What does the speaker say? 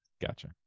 Gotcha